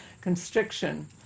constriction